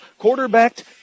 Quarterbacked